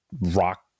rock